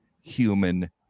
human